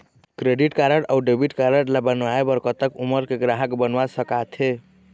Credit card अऊ debit card ला बनवाए बर कतक उमर के ग्राहक बनवा सका थे?